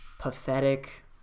pathetic